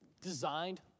designed